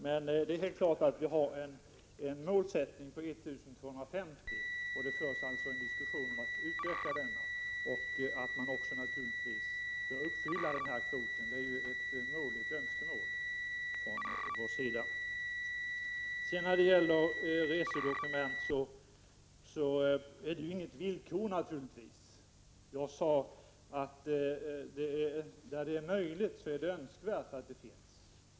Men det är helt klart att målet är 1 250. Det förs alltså en diskussion om att öka kvoten. Man bör naturligtvis försöka uppfylla kvoten, det är ett önskemål från vår sida. Resedokumenten är naturligtvis inget villkor. Jag sade bara att det är önskvärt att sådana finns.